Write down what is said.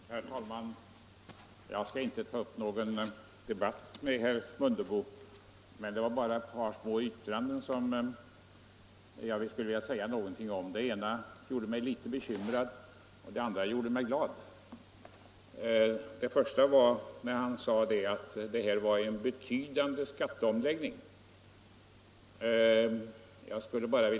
Herr talman! Jag skall inte ta upp någon debatt med herr Mundebo. Det var bara ett par uttalanden jag skulle vilja beröra. Det ena gjorde mig litet bekymrad, det andra gjorde mig glad. Herr Mundebo ansåg att det föreliggande förslaget innebar en betydande skatteomläggning.